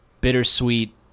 bittersweet